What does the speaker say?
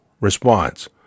response